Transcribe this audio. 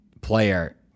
player